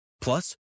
plus